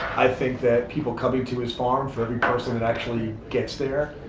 i think that people coming to his farm, for every person that actually gets there,